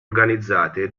organizzate